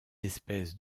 espèces